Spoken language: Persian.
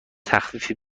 تخفیفی